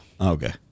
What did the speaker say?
Okay